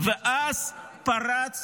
ואז פרץ